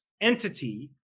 entity